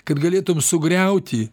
kad galėtum sugriauti